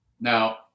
Now